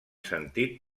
sentit